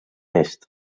est